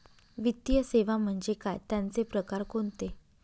वित्तीय सेवा म्हणजे काय? त्यांचे प्रकार कोणते?